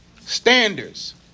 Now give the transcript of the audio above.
Standards